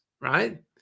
right